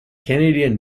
canadian